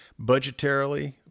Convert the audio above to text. budgetarily